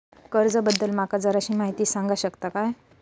कर्जा बद्दल माका जराशी माहिती सांगा शकता काय?